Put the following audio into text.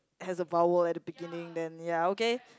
has a vowel at the beginning then ya okay